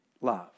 love